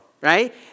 right